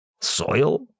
soil